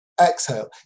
exhale